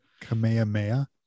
Kamehameha